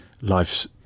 life's